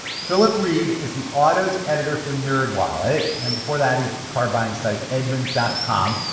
philip reed is the autos editor for nerdwallet. and before that, he was with the car buying site edmunds dot com.